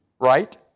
right